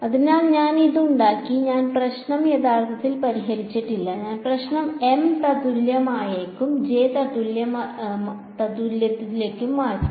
അതിനാൽ ഞാൻ ഇത് ഉണ്ടാക്കി ഞാൻ പ്രശ്നം യഥാർത്ഥത്തിൽ പരിഹരിച്ചിട്ടില്ല ഞാൻ പ്രശ്നം M തത്തുല്യത്തിലേക്കും J തത്തുല്യത്തിലേക്കും മാറ്റി